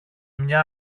μια